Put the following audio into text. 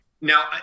Now